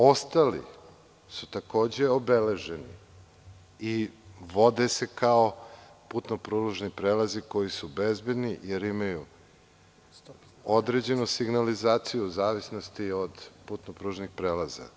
Ostali su takođe obeleženi i vode se kao putno-pružni prelazi koji su bezbedni jer imaju određenu signalizaciju u zavisnosti od putno-pružnih prelaza.